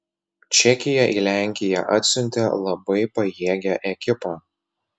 čekija į lenkiją atsiuntė labai pajėgią ekipą